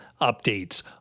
updates